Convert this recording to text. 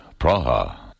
Praha